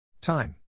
Time